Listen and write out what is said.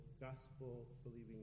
gospel-believing